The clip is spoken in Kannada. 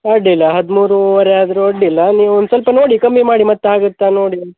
ಅಡ್ಡಿಲ್ಲ ಹದಿಮೂರುವರೆ ಆದರೂ ಅಡ್ಡಿಲ್ಲ ನೀವು ಒಂದು ಸ್ವಲ್ಪ ನೋಡಿ ಕಮ್ಮಿ ಮಾಡಿ ಮತ್ತೆ ಆಗುತ್ತಾ ನೋಡಿ